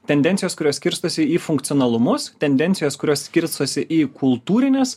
tendencijos kurios skirstosi į funkcionalumus tendencijos kurios skirstosi į kultūrines